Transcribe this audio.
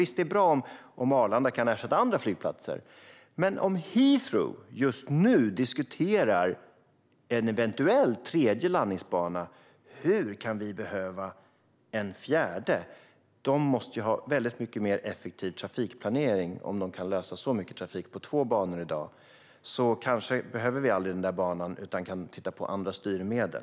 Visst är det bra om Arlanda kan ersätta andra flygplatser, men om Heathrow just nu diskuterar en eventuell tredje landningsbana, hur kan vi behöva en fjärde? De måste ha en mycket mer effektiv trafikplanering om de kan klara så mycket trafik med två banor i dag. Kanske behöver vi aldrig den där banan utan kan titta på andra styrmedel.